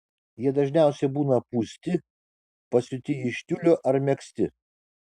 jie dažniausiai būna pūsti pasiūti iš tiulio ar megzti